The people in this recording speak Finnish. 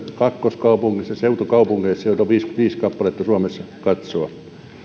kakkoskaupungeissa seutukaupungeissa joita on viisikymmentäviisi kappaletta suomessa katsoa